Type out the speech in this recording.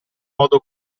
modo